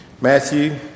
Matthew